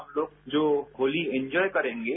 आप लोग जो होली एन्जॉय करेंगे